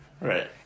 Right